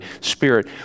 Spirit